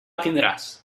tindràs